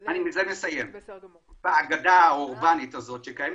אני רוצה לנפץ אגדה אורבנית שרווחת